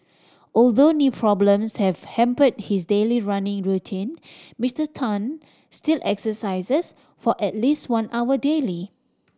although knee problems have hampered his daily running routine Mister Tan still exercises for at least one hour daily